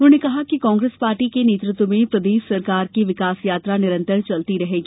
उन्होंने कहा कि कांग्रेस पार्टी के नेतृत्व में प्रदेश सरकार की विकासयात्रा निरंतर चलती रहेगी